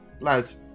lads